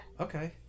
Okay